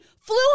flew